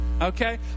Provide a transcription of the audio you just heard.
Okay